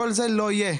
כל זה לא יהיה,